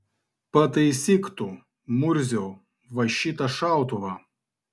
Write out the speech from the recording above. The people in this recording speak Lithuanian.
pataisyk tu murziau va šitą šautuvą